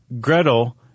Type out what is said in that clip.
Gretel